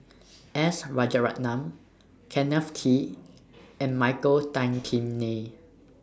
S Rajaratnam Kenneth Kee and Michael Tan Kim Nei